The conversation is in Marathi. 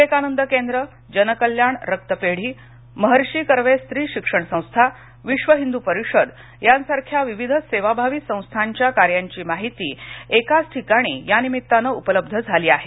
विवेकानंद केंद्र जनकल्याण रक्तपेढी महर्षी कर्वे स्त्री शिक्षण संस्था विश्व हिंद परिषद यासारख्या विविध सेवाभावी संस्थांच्या कार्याची माहिती एकाच ठिकाणी यानिमित्तानं उपलब्ध झाली आहे